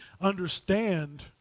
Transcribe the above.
understand